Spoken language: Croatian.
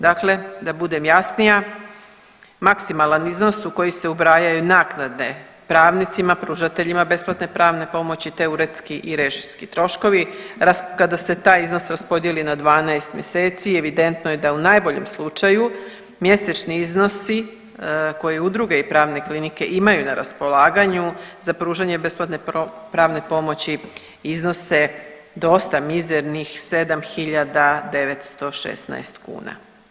Dakle da budem jasnija, maksimalan iznos u koji se ubrajaju naknade pravnicima pružateljima besplatne pravne pomoći, te uredski i režijski troškovi, kada se taj iznos raspodijeli na 12 mjeseci evidentno je da u najboljem slučaju mjesečni iznosi koje udruge i pravne klinike imaju na raspolaganju za pružanje besplatne pravne pomoći iznose dosta mizernih 7 hiljada 916 kuna.